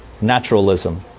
Naturalism